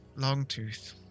Longtooth